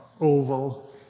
oval